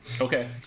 Okay